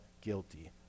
guilty